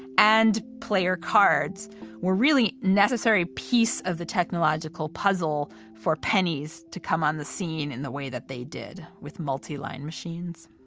and player cards were really necessary piece of the technological puzzle for pennies to come on the scene in the way that they did with multiline machines